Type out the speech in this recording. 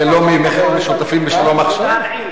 זה לא מימיכם המשותפים ב"שלום עכשיו"?